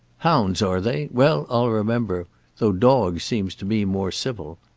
hounds are they? well i'll remember though dogs seems to me more civil.